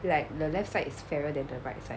like the left side is fairer than the right side